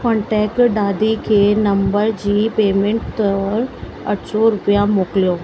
contact ॾाॾी खे number जी पेमेंट तोरि अठ सौ रुपिया मोकिलियो